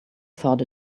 thought